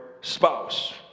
spouse